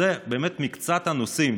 אלה באמת מקצת הנושאים,